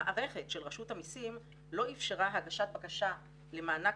המערכת של רשות המיסים לא אפשרה הגשת בקשה למענק